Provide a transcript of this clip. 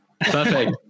Perfect